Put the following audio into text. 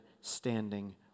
standing